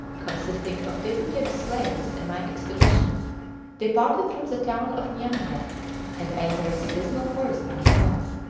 consisting of tippu-tib's slaves and my expedition departed from the town of nyangwe and entered the dismal forest-land north.